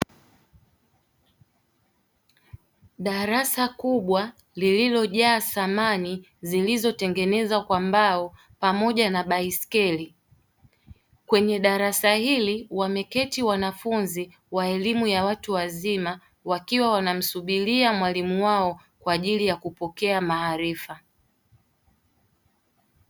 Darasa kubwa lililojaa samani zilizotengenezwa kwa mbao pamoja na baiskeli, kwenye darasa hili wameketi wanafunzi wa elimu ya watu wazima wakiwa wanamsubiria mwalimu wao kwa ajili ya kupokea maarifa.